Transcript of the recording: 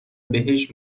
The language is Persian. بهشت